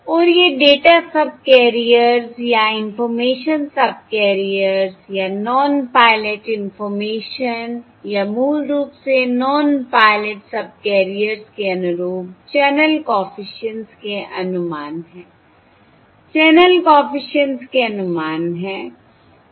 और ये data subcarriers या इंफॉर्मेशन सबकैरियर्स या नॉन पायलट इंफॉर्मेशन या मूल रूप से नॉन पायलट सबकैरियर्स के अनुरूप चैनल कॉफिशिएंट्स के अनुमान हैं चैनल कॉफिशिएंट्स के अनुमान हैं